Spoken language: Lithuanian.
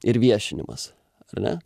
ir viešinimas ar ne